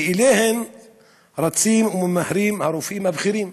שאליהם רצים וממהרים הרופאים הבכירים,